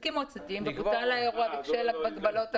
אם הסכימו הצדדים ובוטל האירוע בשל הגבלות הקורונה.